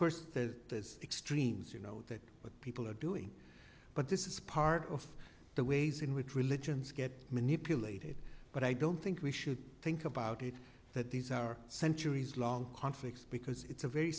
course the extremes you know that people are doing but this is part of the ways in which religions get manipulated but i don't think we should think about it that these are centuries long conflicts because it's a very